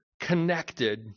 connected